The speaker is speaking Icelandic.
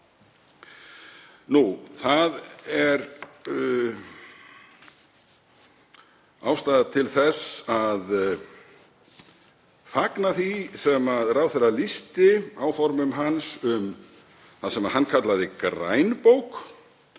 Það er ástæða til að fagna því sem ráðherra lýsti, áformum hans um það sem hann kallaði grænbók